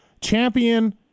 Champion